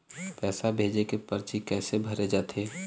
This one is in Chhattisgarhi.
पैसा भेजे के परची कैसे भरे जाथे?